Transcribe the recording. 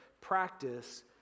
practice